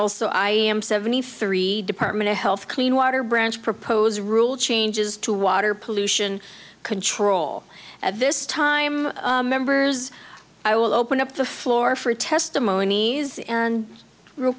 also i am seventy three department of health clean water branch proposed rule changes to water pollution control at this time members i will open up the floor for testimonies and real